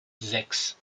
sechs